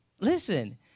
Listen